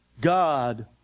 God